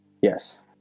Yes